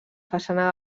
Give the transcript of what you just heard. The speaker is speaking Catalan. façana